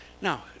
Now